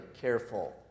careful